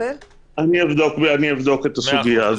אבדוק את הסוגיה הזאת.